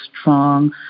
strong